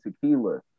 tequila